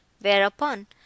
whereupon